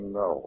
no